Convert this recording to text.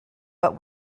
but